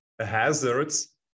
hazards